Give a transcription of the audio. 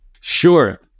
Sure